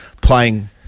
playing